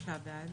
הצבעה בעד